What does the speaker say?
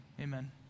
Amen